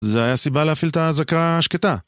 זה היה סיבה להפעיל את האזעקה השקטה